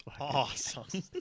awesome